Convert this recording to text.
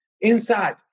inside